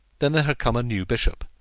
then there had come a new bishop,